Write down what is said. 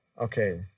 Okay